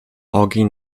ogień